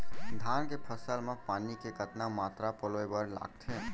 धान के फसल म पानी के कतना मात्रा पलोय बर लागथे?